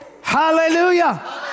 Hallelujah